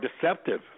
deceptive